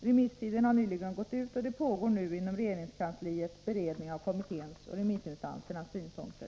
Remisstiden har nyligen gått ut, och det pågår nu inom regeringskansliet beredning av kommitténs och remissinstansernas synpunkter.